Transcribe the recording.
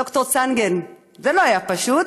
ד"ר צנגן, זה לא היה פשוט.